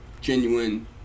genuine